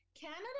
Canada